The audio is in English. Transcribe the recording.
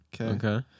Okay